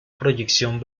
proyección